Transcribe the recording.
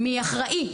מי אחראי?